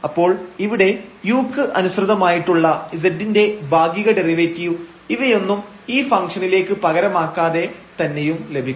അപ്പോൾ ഇവിടെ u ക്ക് അനുസൃതമായിട്ടുള്ള z ന്റെ ഭാഗിക ഡെറിവേറ്റീവ് ഇവയൊന്നും ഈ ഫംഗ്ഷനിലേക്ക് പകരമാക്കാതെ തന്നെയും ലഭിക്കും